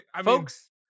folks